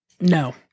No